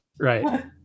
Right